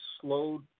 slowed